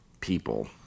people